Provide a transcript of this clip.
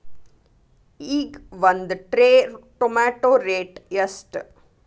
ಈಗ ಒಂದ್ tray tomato rate ಎಷ್ಟ?